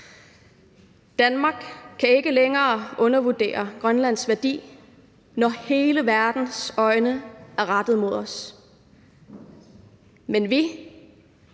Danmark kan ikke længere undervurdere Grønlands værdi, når hele verdens øjne er rettet mod os, men vi